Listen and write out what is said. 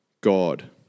God